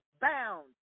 bound